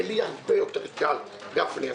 ולי הרבה יותר קל, גפני.